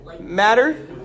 Matter